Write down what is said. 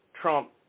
Trump